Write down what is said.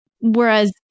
Whereas